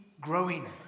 growing